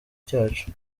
cyacu